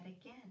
again